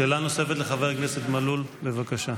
שאלה נוספת, לחבר הכנסת מלול, בבקשה.